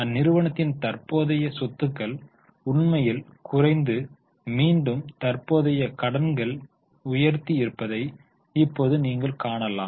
அந்நிறுவனத்தின் தற்போதைய சொத்துக்கள் உண்மையில் குறைந்து மீண்டும் தற்போதைய கடன்கள் உயர்த்தி இருப்பதை இப்போது நீங்கள் காணலாம்